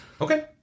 Okay